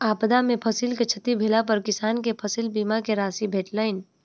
आपदा में फसिल के क्षति भेला पर किसान के फसिल बीमा के राशि भेटलैन